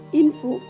info